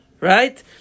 Right